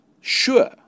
Sure